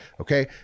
okay